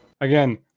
Again